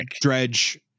Dredge